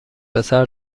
پسر